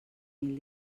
mil